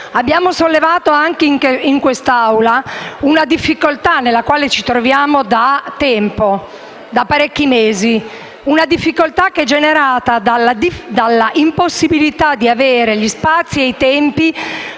Abbiamo sollevato anche in quest'Assemblea una difficoltà nella quale ci troviamo da tempo, da parecchi mesi, generata dalla impossibilità di avere gli spazi e i tempi